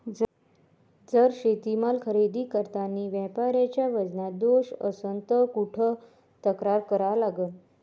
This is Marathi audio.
जर शेतीमाल खरेदी करतांनी व्यापाऱ्याच्या वजनात दोष असन त कुठ तक्रार करा लागन?